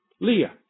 Leah